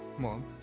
mom,